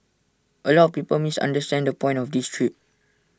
A lot of people misunderstand the point of this trip